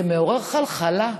זה מעורר חלחלה.